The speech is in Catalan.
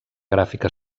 gràfica